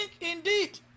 indeed